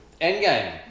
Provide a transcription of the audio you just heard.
Endgame